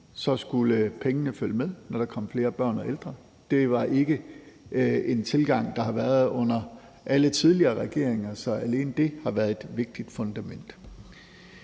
har skullet følge med, når der kom flere børn og ældre. Det er ikke en tilgang, der har været under alle de tidligere regeringer, så alene det har været et vigtigt fundament.